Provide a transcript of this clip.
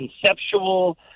conceptual